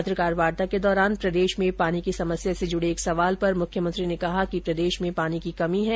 पत्रकार वार्ता के दौरान प्रदेश में पानी की समस्या से जुडे एक सवाल पर मुख्यमंत्री ने कहा कि प्रदेश में पानी की कमी है